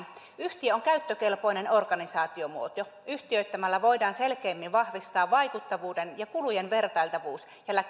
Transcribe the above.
yhtiö on käyttökelpoinen organisaatiomuoto yhtiöittämällä voidaan selkeimmin varmistaa vaikuttavuuden ja kulujen vertailtavuus ja